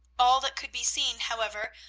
all that could be seen, however,